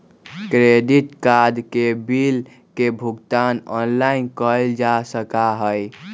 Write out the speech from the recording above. credit card के bill के भुगतान ऑनलाइन कइल जा सका हई